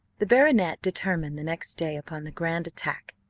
the baronet determined the next day upon the grand attack.